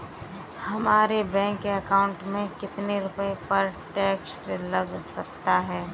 हमारे bank account में कितने रुपये पर टैक्स लग सकता है?